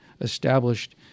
established